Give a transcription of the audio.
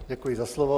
Děkuji za slovo.